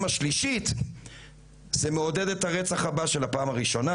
השלישית זה מעודד את הרצח הבא של הפעם הראשונה